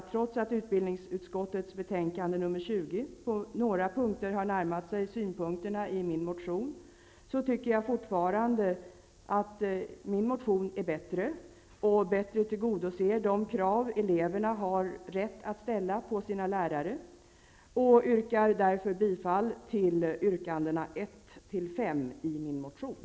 Trots att utbildningsutskottets betänkande nr 20 på några punkter har närmat sig synpunkterna i min motion, tycker jag fortfarande att min motion är bättre och bättre tillgodoser de krav eleverna har rätt att ställa på sina lärare. Jag yrkar därför bifall till yrkandena 1--5 i min motion.